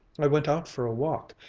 i went out for a walk,